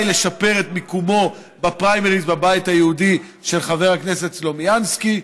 רק לשפר את מיקומו בפריימריז בבית היהודי של חבר הכנסת סלומינסקי.